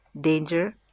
danger